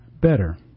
better